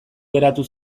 geratu